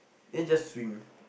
then you just swim